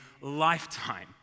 lifetime